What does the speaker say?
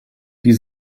die